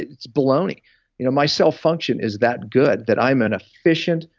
it's baloney you know my cell function is that good that i'm an efficient,